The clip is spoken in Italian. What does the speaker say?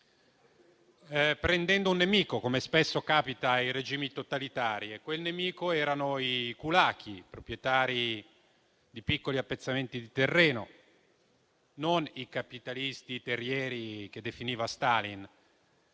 prendendo un nemico, come spesso capita ai regimi totalitari, e quel nemico erano i *kulaki*, proprietari di piccoli appezzamenti di terreno, non i capitalisti terrieri (come li definiva Stalin).